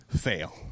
fail